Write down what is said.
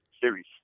series